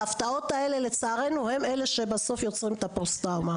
ההפתעות האלה לצערנו הן שבסוף יוצרות את הפוסט-טראומה.